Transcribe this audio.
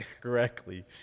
correctly